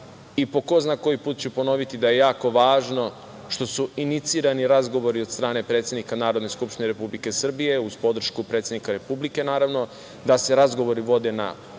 i po ko zna koji put ću ponoviti da je jako važno što su inicirani razgovori od strane predsednika Narodne skupštine Republike Srbije uz podršku predsednika Republike, naravno, da se razgovori vode na